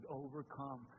overcome